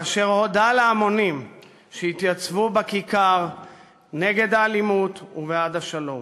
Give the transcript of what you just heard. כאשר הודה להמונים שהתייצבו בכיכר נגד האלימות ובעד השלום.